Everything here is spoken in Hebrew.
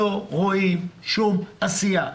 לא רואים שום עשייה,